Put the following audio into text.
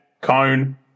cone